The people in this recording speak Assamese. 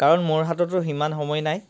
কাৰণ মোৰ হাততো সিমান সময় নাই